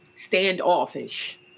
standoffish